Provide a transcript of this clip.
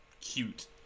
cute